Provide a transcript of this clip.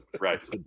right